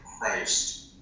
Christ